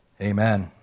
amen